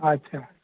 అచ్చా